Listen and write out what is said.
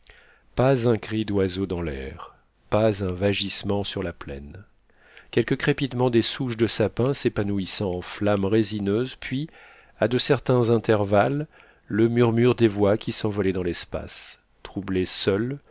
pas un cri d'oiseau dans l'air pas un vagissement sur la plaine quelques crépitements des souches de sapins s'épanouissant en flammes résineuses puis à de certains intervalles le murmure des voix qui s'envolaient dans l'espace troublaient seuls